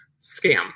Scam